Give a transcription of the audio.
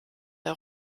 der